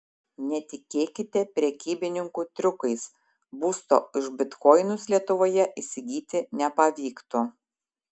netikėkite prekybininkų triukais būsto už bitkoinus lietuvoje įsigyti nepavyktų